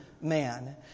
man